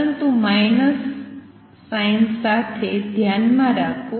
પરંતુ માઇનસ ચિન્હ સાથે ધ્યાનમાં રાખો